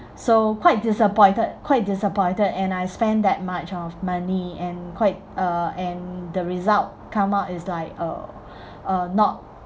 so quite disappointed quite disappointed and I spend that much of money and quite uh and the result come out is like uh uh not